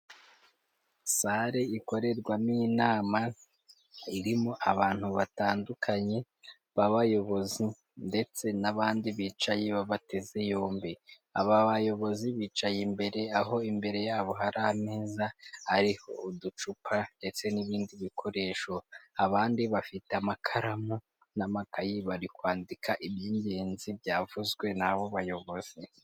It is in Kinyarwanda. Sare ikorerwamo inama, irimo abantu batandukanye b'abayobozi ndetse n'abandi bicaye babateze yombi, aba bayobozi bicaye imbere, aho imbere yabo hari ameza ariho uducupa ndetse n'ibindi bikoresho. Abandi bafite amakaramu n'amakayi, bari kwandika iby'ingenzi byavuzwe n'abo bayobozi.